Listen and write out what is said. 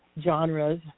genres